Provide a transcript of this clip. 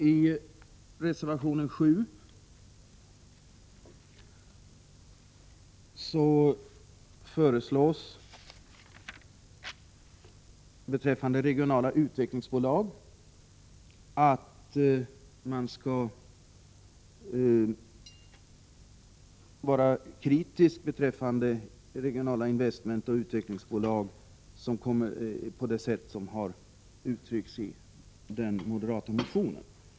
I reservation 7 föreslås att riksdagen skall uttala en kritisk uppfattning beträffande regionala investmentoch utvecklingsbolag på det sätt som har uttryckts i den moderata motionen.